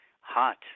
hot